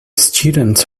students